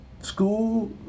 school